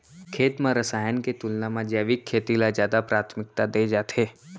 खेत मा रसायन के तुलना मा जैविक खेती ला जादा प्राथमिकता दे जाथे